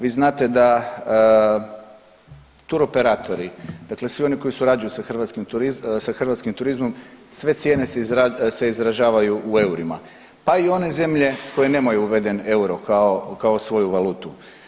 Vi znate da turoperatori, dakle svi oni koji surađuju sa hrvatskim turizmom sve cijene se izražavaju u eurima, pa i one zemlje koje nemaju uveden euro kao svoju valutu.